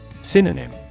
Synonym